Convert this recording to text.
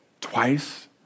Twice